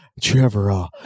Trevor